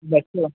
bus